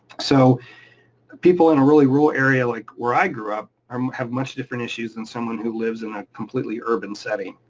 so people in a really rural area, like where i grew up, um have much different issues than someone who lives in a completely urban setting.